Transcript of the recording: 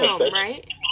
right